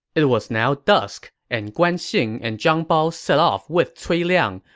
it was now dusk, and guan xing and zhang bao set off with cui liang,